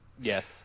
Yes